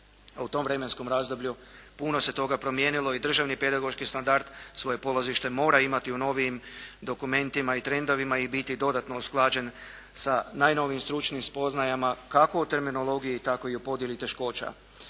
u tom vremenskom razdoblju puno se toga promijenilo i državni pedagoški standard svoje polazište mora imati u novijim dokumentima i trendovima i biti dodatno usklađen sa najnovijim stručnim spoznajama kako u terminologiji, tako i u podjeli teškoća.